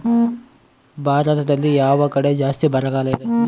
ಭಾರತದಲ್ಲಿ ಯಾವ ಕಡೆ ಜಾಸ್ತಿ ಬರಗಾಲ ಇದೆ?